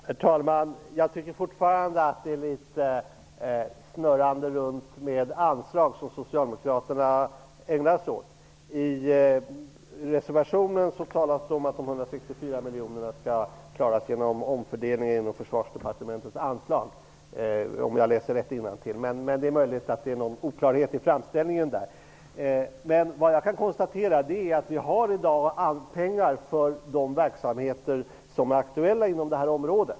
Herr talman! Jag tycker fortfarande att Socialdemokraterna ägnar sig åt att snurra runt med anslag. I reservationen talas det om att de 164 miljonerna skall åstadkommas genom omfördelning inom Försvarsdepartementets anslag, om jag läser rätt innantill. Men det är möjligt att det föreligger någon oklarhet i framställningen där. Det som jag dock kan konstatera är att det i dag finns pengar i budgeten för de verksamheter som är aktuella inom detta område.